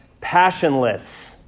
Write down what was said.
passionless